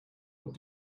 what